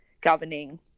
governing